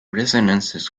resonances